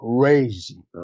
crazy